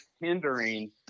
hindering